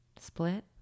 split